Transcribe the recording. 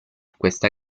questa